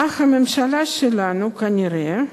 אך הממשלה שלנו, כנראה,